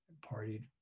partied